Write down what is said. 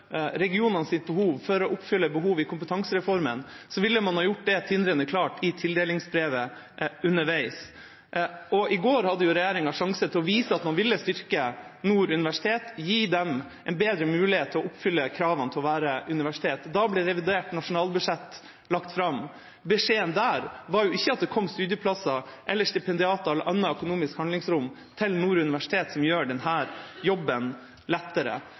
ville man ha gjort det tindrende klart i tildelingsbrevet underveis. I går hadde regjeringa sjansen til å vise at man ville styrke Nord universitet og gi dem en bedre mulighet til å oppfylle kravene til å være universitet. Da ble revidert nasjonalbudsjett lagt fram. Men beskjeden der var ikke at det kom studieplasser eller stipendiater eller annet økonomisk handlingsrom til Nord universitet som gjør denne jobben lettere.